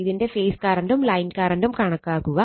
ഇതിന്റെ ഫേസ് കറണ്ടും ലൈൻ കറണ്ടും കണക്കാക്കുക